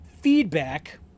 feedback